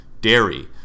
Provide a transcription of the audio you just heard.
dairy